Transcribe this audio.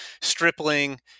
Stripling